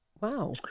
Wow